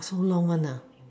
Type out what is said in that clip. so long one